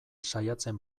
saiatzen